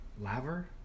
laver